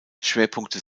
schwerpunkte